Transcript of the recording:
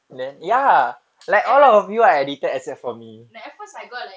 and then like at first at first I got like